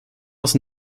was